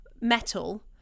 metal